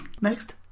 next